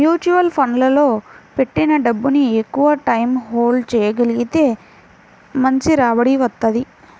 mutual ఫండ్లలో పెట్టిన డబ్బుని ఎక్కువటైయ్యం హోల్డ్ చెయ్యగలిగితే మంచి రాబడి వత్తది